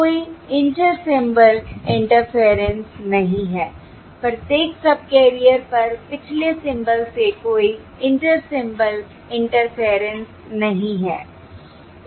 कोई inter symbol interference नहीं है प्रत्येक सबकैरियर पर पिछले सिंबल से कोई इंटर सिंबल इंटरफेयरेंस नहीं है